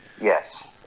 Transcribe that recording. Yes